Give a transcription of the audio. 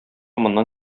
моннан